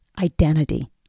identity